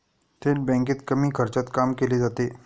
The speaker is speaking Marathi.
थेट बँकेत कमी खर्चात काम केले जाते